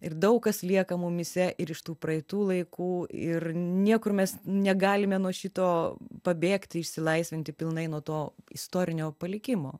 ir daug kas lieka mumyse ir iš tų praeitų laikų ir niekur mes negalime nuo šito pabėgti išsilaisvinti pilnai nuo to istorinio palikimo